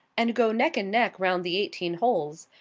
and go neck and neck round the eighteen holes,